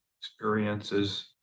experiences